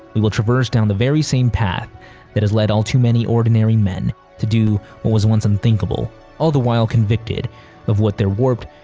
we will traverse down the vary same path that has led all too many ordinary men to do what was once unthinkable all the while convicted of what their warped,